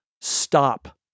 Stop